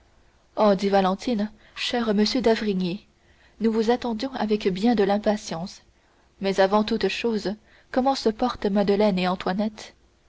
dit valentine cher monsieur d'avrigny nous vous attendions avec bien de l'impatience mais avant toute chose comment se portent madeleine et antoinette